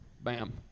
Bam